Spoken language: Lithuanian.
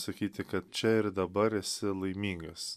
sakyti kad čia ir dabar esi laimingas